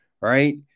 right